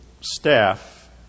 staff